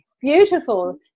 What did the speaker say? Beautiful